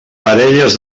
parelles